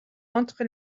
entre